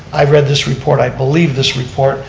i've read this report, i believe this report,